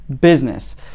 business